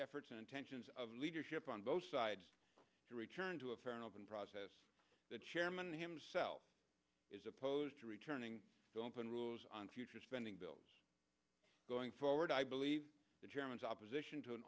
efforts intentions of leadership on both sides to return to a fair and open process the chairman himself is opposed to returning to open rules on future spending bills going forward i believe the germans opposition to an